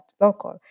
local